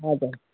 हजुर